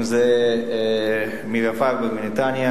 אם זה מרים פיירברג מנתניה,